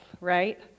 right